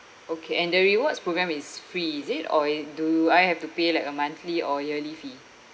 okay and the rewards programme is free is it or it do I have to pay like a monthly or yearly fee